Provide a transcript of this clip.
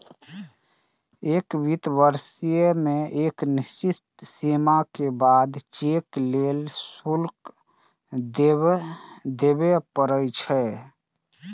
एक वित्तीय वर्ष मे एक निश्चित सीमा के बाद चेक लेल शुल्क देबय पड़ै छै